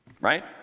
Right